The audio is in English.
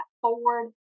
forward